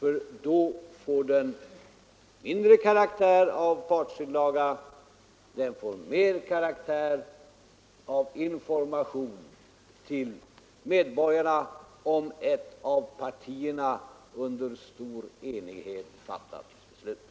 Då får broschyren mindre karaktär av partsinlaga och mer karaktär av information till medborgarna om ett av partierna under stor enighet fattat beslut.